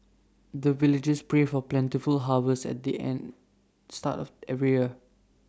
the villagers pray for plentiful harvest at the start of every year